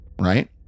right